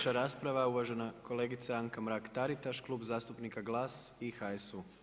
Iduća rasprava, uvažena kolegica Anka Mrak-Taritaš, Klub zastupnika GLAS i HSU.